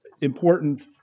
important